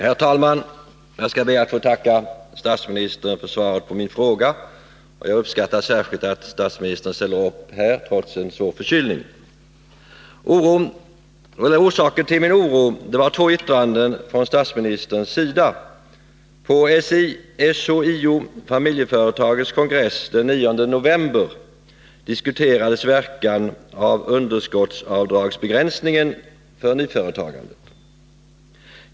Herr talman! Jag skall be att få tacka statsministern för svaret på min fråga. Jag uppskattar särskilt att statsministern ställer upp här trots en svår förkylning. Orsaken till min oro var två yttranden från statsministerns sida. På SHIO-Familjeföretagens kongress den 9 november diskuterades verkan av underskottsavdragsbegränsningen för nyföretagandet.